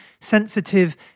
sensitive